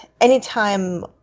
Anytime